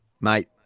mate